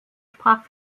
sprach